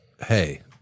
hey